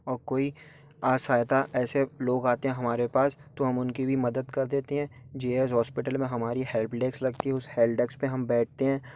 और कोई आसहायता ऐसे लोग आते हैं हमारे पास तो हम उनकी भी मदद कर देते हैं जे एच हॉस्पिटल में हमारी हेल्प डेस्क लगती है उस हेल्प डेस्क पर हम बैठते हैं